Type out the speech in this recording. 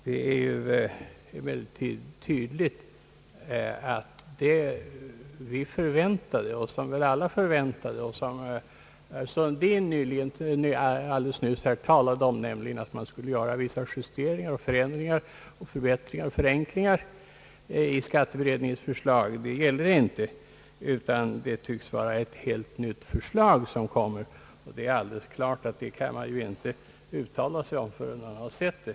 Det är dock tydligt att vad vi och väl alla väntade och vad herr Sundin nyss talade om inte gäller, nämligen att man i kanslihuset skulle göra vissa justeringar och förändringar, förenklingar och förbättringar i skatteberedningens förslag — det tycks vara ett helt nytt förslag som kommer att framläggas. Naturligtvis kan man inte uttala sig om det förrän man sett det.